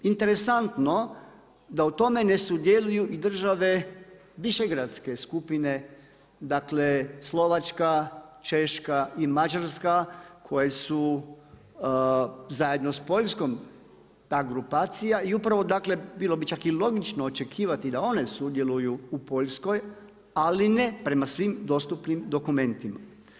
Interesantno da u tome ne sudjeluju i države Višegradske skupine, dakle Slovačka, češka i Mađarska koje su zajedno sa Poljskom, ta grupacija i upravo dakle bilo bi čak i logično očekivati da one sudjeluju u Poljskoj, ali ne prema svim dostupnim dokumentima.